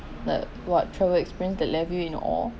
like what travel experience that left you in owe